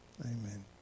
Amen